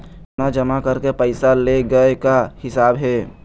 सोना जमा करके पैसा ले गए का हिसाब हे?